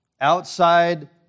outside